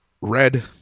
Red